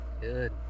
Good